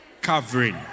covering